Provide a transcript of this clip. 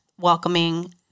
welcoming